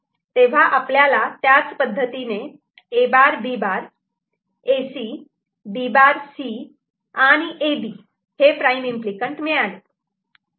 तेव्हा आपल्याला त्याच पद्धतीने A' B' A C B' C आणि A B हे प्राईम इम्पली कँट मिळाले